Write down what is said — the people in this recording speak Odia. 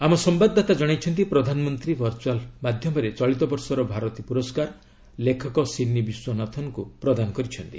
ଆମ ସମ୍ଭାଦଦାତା ଜଣାଇଛନ୍ତି ପ୍ରଧାନମନ୍ତ୍ରୀ ଭର୍ଚ୍ଚୁଆଲ୍ ମାଧ୍ୟମରେ ଚଳିତ ବର୍ଷର ଭାରତୀ ପୁରସ୍କାର ଲେଖକ ସିନି ବିଶ୍ୱନାଥନ୍ଙ୍କୁ ପ୍ରଦାନ କରିଛନ୍ତି